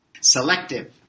selective